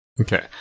Okay